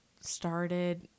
started